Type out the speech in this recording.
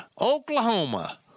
Oklahoma